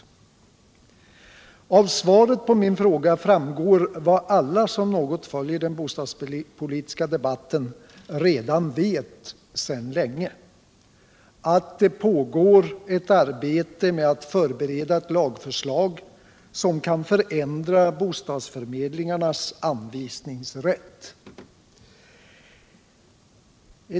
Av svaret på min fråga framgår vad alla som något följer den bostadspolitiska debatten redan vet sedan länge, att det pågår ett arbete med att förbereda ett lagförslag som kan förändra bostadsförmedlingarnas anvisningsrätt.